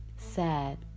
Sad